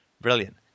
Brilliant